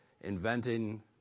inventing